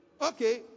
Okay